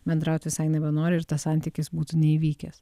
bendraut visai nebenori ir tas santykis būtų neįvykęs